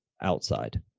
outside